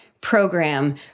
program